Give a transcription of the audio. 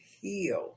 heal